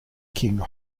king